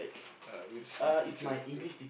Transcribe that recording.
ah which teacher you talking